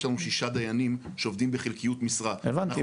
יש לנו שישה דיינים שעובדים בחלקיות משרה הבנתי,